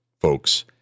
folks